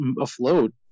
afloat